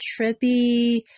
trippy